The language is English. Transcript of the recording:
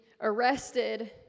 arrested